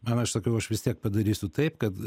man aš sakiau aš vis tiek padarysiu taip kad